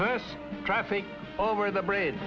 first traffic over the bridge